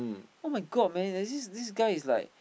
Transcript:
[oh]-my-god man and this this guy is like